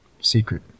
secret